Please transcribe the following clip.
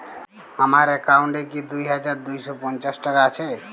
আমার অ্যাকাউন্ট এ কি দুই হাজার দুই শ পঞ্চাশ টাকা আছে?